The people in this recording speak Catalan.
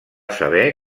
saber